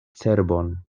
cerbon